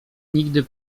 nigdy